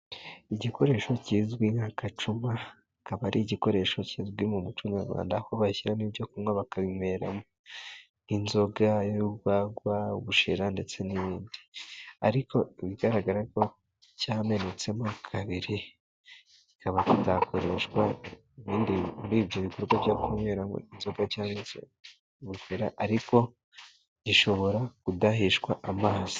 Igikoresho kizwi nk'agacuma; kiba ari igikoresho kizwi mu muco nyarwanda kuko bashyiramo ibyo kunywa, bakanwera mo nk'inzoga, urwagwa cyangwa se ubushera ndetse n'ibindi, ariko bigaragara ko cyamenetse mo kabiri kikadakoreshwa muri ibyo bikorwa byo kunyweramo inzoga cyangwa se ubushera ariko gishobora kudahishwa amazi.